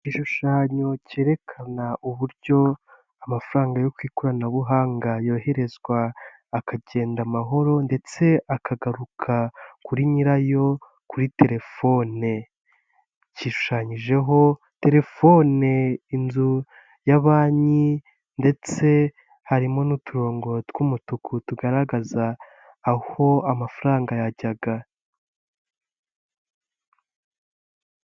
Igishushanyo kerekana uburyo amafaranga yo ku ikoranabuhanga yoherezwa akagenda amahoro ndetse akagaruka kuri nyirayo kuri telefone, gishushanyijeho telefone inzu ya banki ndetse harimo n'uturongo tw'umutuku tugaragaza aho amafaranga yajyaga.